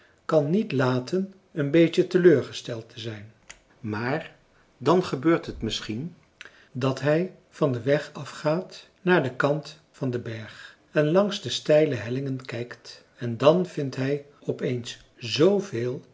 kan niet laten een beetje teleurgesteld te zijn maar dan gebeurt het misschien dat hij van den weg afgaat naar den kant van den berg en langs de steile hellingen kijkt en dan vindt hij op eens zveel